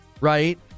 Right